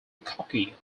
cocky